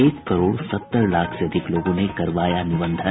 एक करोड़ सत्तर लाख से अधिक लोगों ने करवाया निबंधन